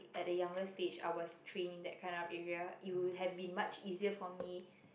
at a younger stage I was train in that kind of area it would have been much easier for me